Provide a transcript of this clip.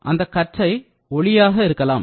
அந்தக் கற்றை ஒளியாக இருக்கலாம்